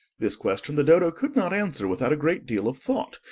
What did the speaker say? this question the dodo could not answer without a great deal of thought,